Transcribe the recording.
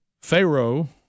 Pharaoh